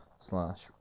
slash